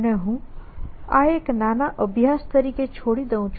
અને હું આ એક નાના અભ્યાસ તરીકે છોડી દઉં છું